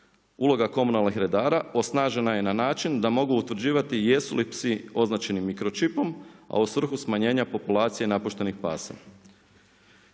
Uloga komunalnih redara osnažena je na način da mogu utvrđivati jesu li psi označeni mikročipom, a u svrhu smanjenja populacije napuštenih pasa.